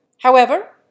However